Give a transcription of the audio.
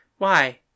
Why